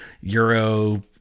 Euro